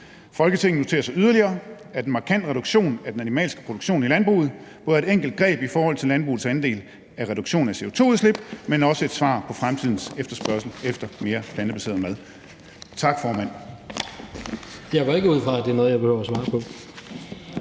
Folketinget noterer sig yderligere, at en markant reduktion af den animalske produktion i landbruget både er et enkelt greb i forhold til landbrugets andel af reduktion af CO2-udslip, men også er et svar på fremtidens efterspørgsel efter mere plantebaseret mad.« (Forslag